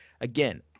again